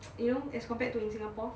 you know as compared to in singapore